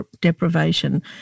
deprivation